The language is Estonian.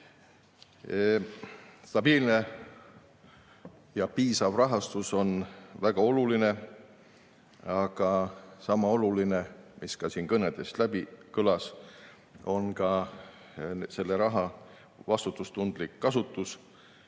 Stabiilne ja piisav rahastus on väga oluline. Aga sama oluline on, nagu siin ka kõnedest läbi kõlas, raha vastutustundlik kasutus.